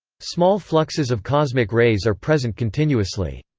small fluxes of cosmic rays are present continuously.